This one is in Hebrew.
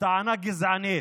טענה גזענית,